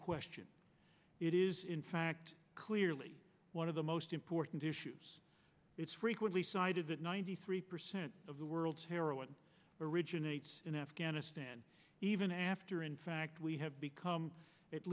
question it is in fact clearly one of the most important issues it's frequently cited that ninety three percent of the world's heroin originates in afghanistan even after in fact we have become at